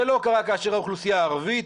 זה לא קרה כאשר האוכלוסייה הערבית